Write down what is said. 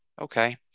Okay